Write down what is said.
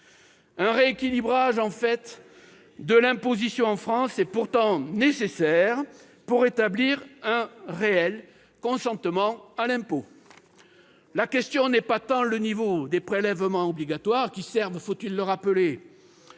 Un rééquilibrage de l'imposition en France est pourtant nécessaire pour rétablir un réel consentement à l'impôt. La question n'est pas tant celle du niveau des prélèvements obligatoires, ... Si !... qui servent- faut-il le rappeler